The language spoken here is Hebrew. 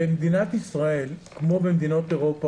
במדינת ישראל כמו במדינות אירופה,